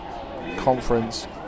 conference